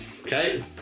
Okay